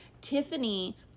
Tiffany